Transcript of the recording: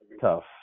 tough